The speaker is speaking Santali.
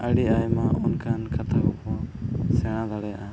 ᱟᱹᱰᱤ ᱟᱭᱢᱟ ᱚᱱᱠᱟ ᱚᱱᱠᱟ ᱛᱮᱵᱚᱱ ᱥᱮᱬᱟ ᱫᱟᱲᱮᱭᱟᱜᱼᱟ